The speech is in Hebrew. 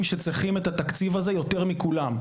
שצריכים את התקציב הזה יותר מכולם.